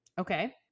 Okay